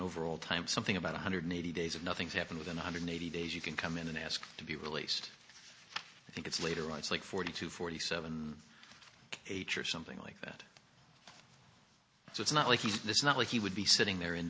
overall time something about one hundred eighty days of nothing to happen within one hundred eighty days you can come in and ask to be released i think it's later on it's like forty to forty seven h or something like that so it's not like it's not like he would be sitting there ind